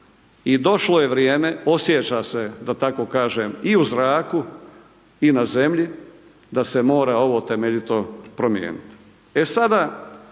I došlo je vrijeme, osjeća se da tako kažem i u zraku i na zemlji da se mora ovo temeljito promijeniti.